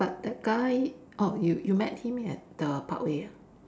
but that guy orh you you met him at the parkway ah